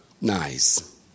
Nice